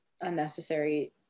unnecessary